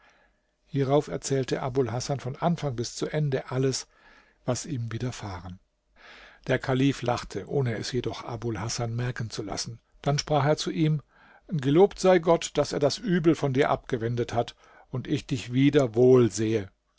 hierauf erzählte abul hasan von anfang bis zu ende alles was ihm widerfahren der kalif lachte ohne es jedoch abul hasan merken zu lassen dann sprach er zu ihm gelobt sei gott daß er das übel von dir abgewendet hat und ich dich wieder wohl sehe